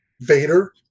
Vader